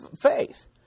faith